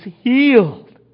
healed